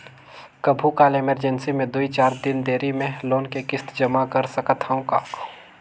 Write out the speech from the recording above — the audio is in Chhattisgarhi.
कभू काल इमरजेंसी मे दुई चार दिन देरी मे लोन के किस्त जमा कर सकत हवं का?